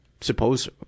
suppose